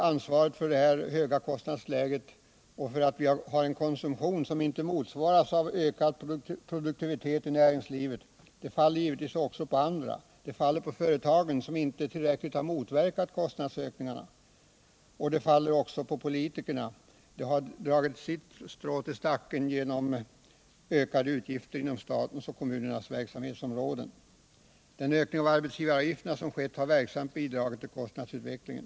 Ansvaret för vårt höga kostnadsläge och för att vi har en konsumtion som inte motsvaras av ökad produktivitet i näringslivet faller givetvis också på företagen som inte tillräckligt har motverkat kostnadsökningarna, och det faller även på politikerna. De har dragit sitt strå till stacken genom ökade utgifter inom statens och kommunernas verksamhetsområden. Den ökning av arbetsgivaravgifterna som skett har verksamt bidragit till kostnadsutvecklingen.